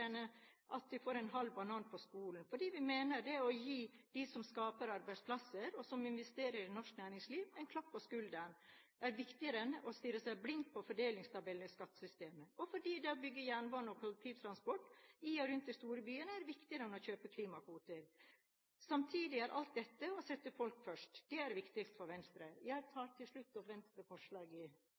enn at de får en halv banan på skolen, fordi vi mener at det å gi dem som skaper arbeidsplasser og som investerer i norsk næringsliv, en klapp på skulderen er viktigere enn å stirre seg blind på fordelingstabeller i skattesystemet, og fordi det å bygge ut jernbane og kollektivtransport i og rundt de store byene er viktigere enn å kjøpe klimakvoter. Samtidig er alt dette å sette folk først. Det er det viktigste for Venstre. Jeg tar til slutt opp Venstres forslag i de